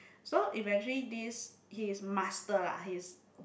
so eventually this he is master lah he's